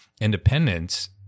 independence